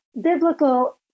biblical